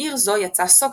מעיר זו יצא סוקרטס,